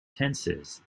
tenses